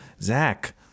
Zach